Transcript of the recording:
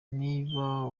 niba